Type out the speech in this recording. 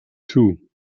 two